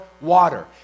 water